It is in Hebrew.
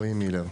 רועי מילר.